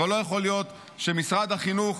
אבל לא יכול להיות שמשרד החינוך,